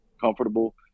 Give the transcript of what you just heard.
comfortable